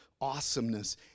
awesomeness